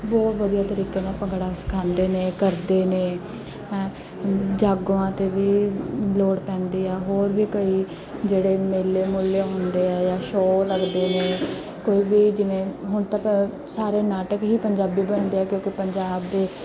ਬਹੁਤ ਵਧੀਆ ਤਰੀਕੇ ਨਾਲ ਭੰਗੜਾ ਸਿਖਾਉਂਦੇ ਨੇ ਕਰਦੇ ਨੇ ਹੈਂ ਜਾਗੋਆਂ 'ਤੇ ਵੀ ਲੋੜ ਪੈਂਦੀ ਹੈ ਹੋਰ ਵੀ ਕਈ ਜਿਹੜੇ ਮੇਲੇ ਮੂਲੇ ਹੁੰਦੇ ਹੈ ਜਾਂ ਸ਼ੋਅ ਲੱਗਦੇ ਨੇ ਕੋਈ ਵੀ ਜਿਵੇਂ ਹੁਣ ਤਾਂ ਸਾਰੇ ਨਾਟਕ ਹੀ ਪੰਜਾਬੀ ਬਣਦੇ ਹੈ ਕਿਉਂਕਿ ਪੰਜਾਬ ਦੇ